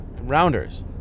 Rounders